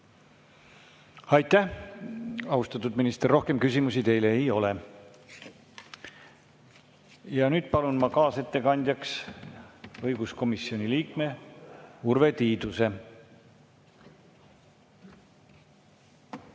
Aitäh, austatud minister! Rohkem küsimusi teile ei ole. Palun kaasettekandjaks õiguskomisjoni liikme Urve Tiiduse.